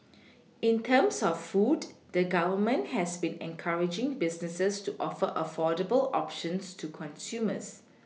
in terms of food the Government has been encouraging businesses to offer affordable options to consumers